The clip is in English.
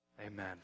Amen